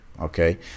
Okay